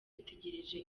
dutegereje